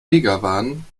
begawan